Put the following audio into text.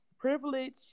Privilege